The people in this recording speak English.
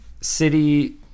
city